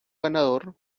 ganador